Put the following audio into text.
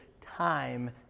time